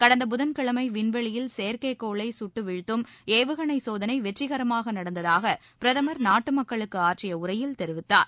கடந்த புதன்கிழமை விண்வெளியில் செயற்கைகோளை சுட்டுவீழ்த்தும் ஏவுகணை சோதனை வெற்றிகரமாக நடந்ததாக பிரதமர் நாட்டு மக்களுக்கு ஆற்றிய உரையில் தெரிவித்தார்